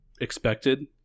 expected